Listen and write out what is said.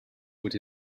with